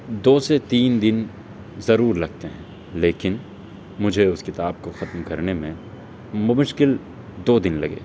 دو سے تین دن ضرور لگتے ہیں لیکن مجھے اس کتاب کو ختم کرنے میں بمشکل دو دن لگے